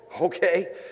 okay